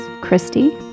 Christy